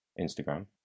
Instagram